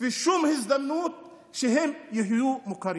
ושום הזדמנות להיות מוכרים.